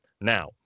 Now